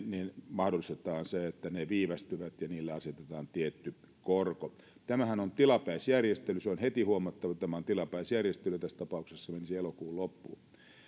mahdollistetaan se että ne viivästyvät ja niille asetetaan tietty korko tämähän on tilapäisjärjestely se on heti huomattava että tämä on tilapäisjärjestely ja tässä tapauksessa se menisi elokuun loppuun